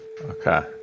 Okay